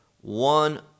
one